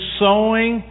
sowing